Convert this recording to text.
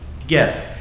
Together